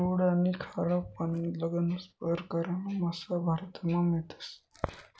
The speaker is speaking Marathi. गोड आनी खारा पानीमधला गनज परकारना मासा भारतमा मियतस